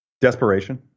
Desperation